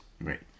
Right